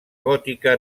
gòtica